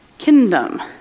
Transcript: kingdom